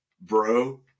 Bro